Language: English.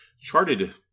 charted